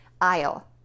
aisle